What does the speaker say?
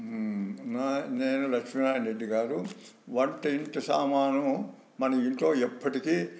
నేను లక్ష్మీనారాయణ రెడ్డి గారు వంటింటి సామాను మన ఇంట్లో ఎప్పటికి